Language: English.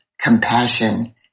compassion